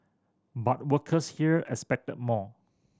but workers here expected more